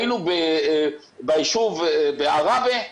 היינו בעראבה,